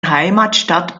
heimatstadt